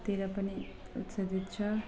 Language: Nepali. तिर पनि उत्साहित छ